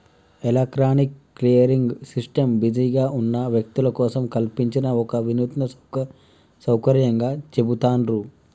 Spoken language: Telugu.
ఎలక్ట్రానిక్ క్లియరింగ్ సిస్టమ్ బిజీగా ఉన్న వ్యక్తుల కోసం కల్పించిన ఒక వినూత్న సౌకర్యంగా చెబుతాండ్రు